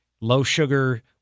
low-sugar